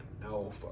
no